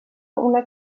una